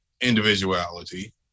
individuality